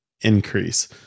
increase